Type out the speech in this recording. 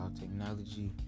technology